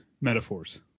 metaphors